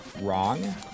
wrong